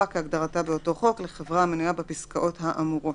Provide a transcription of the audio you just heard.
כהגדרתה באותו חוק לחברה המנויה בפסקאות האמורות,